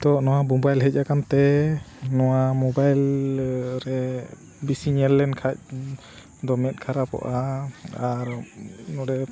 ᱱᱤᱛᱳᱜ ᱱᱚᱣᱟ ᱢᱳᱵᱟᱭᱤᱞ ᱦᱮᱡ ᱟᱠᱟᱱᱛᱮ ᱱᱚᱣᱟ ᱢᱳᱵᱟᱭᱤᱞ ᱨᱮ ᱵᱤᱥᱤ ᱧᱮᱞ ᱞᱮᱱᱠᱷᱟᱡ ᱫᱚ ᱢᱮᱫ ᱠᱷᱟᱨᱟᱯᱚᱜᱼᱟ ᱟᱨ ᱱᱚᱰᱮ